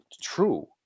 true